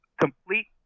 complete